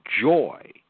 joy